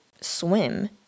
swim